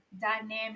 Dynamic